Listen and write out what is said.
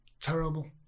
terrible